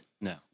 no